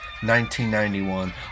1991